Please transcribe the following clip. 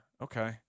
Okay